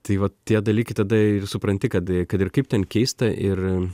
tai vat tie dalykai tada ir supranti kad kad ir kaip ten keista ir